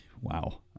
wow